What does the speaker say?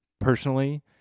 personally